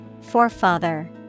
Forefather